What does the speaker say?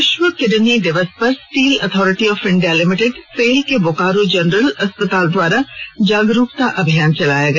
विश्व किडनी दिवस पर steel authority of India limited SAIL के बोकारो जनरल अस्पताल द्वारा जागरूकता अभियान चलाया गया